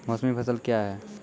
मौसमी फसल क्या हैं?